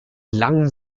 langen